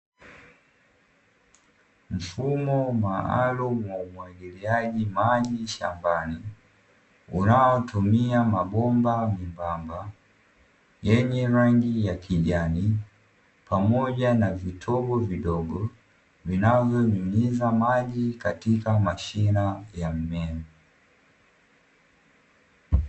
Mfumo maalumu wa umwagiliaji maji shambani unaotumia mabomba membamba yenye rangi ya kijani, pamoja na vitobo vidogo vinavyonyunyiza maji katika mashine ya mimea.